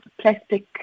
plastic